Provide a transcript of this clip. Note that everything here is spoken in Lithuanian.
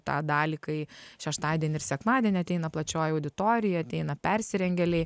tą dalį kai šeštadienį ir sekmadienį ateina plačioji auditorija ateina persirengėliai